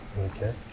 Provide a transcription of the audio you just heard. Okay